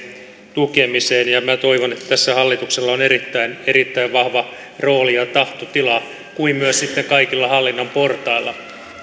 tukemiseen ja minä toivon että tässä hallituksella on erittäin erittäin vahva rooli ja tahtotila kuin myös sitten kaikilla hallinnon portailla mutta